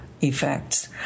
Effects